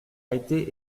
été